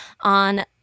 on